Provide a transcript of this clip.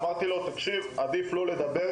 שאמרתי לו: ״עדיף לא לדבר,